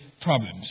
problems